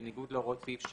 בניגוד להוראות סעיף 7ב,